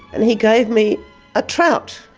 and he gave me a trout.